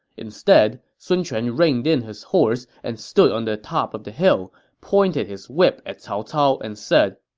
instead, sun quan reined in his horse and stood on the top of the hill, pointed his whip at cao cao, and said,